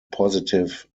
positive